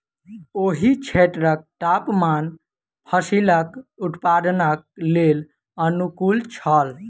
ओहि क्षेत्रक तापमान फसीलक उत्पादनक लेल अनुकूल छल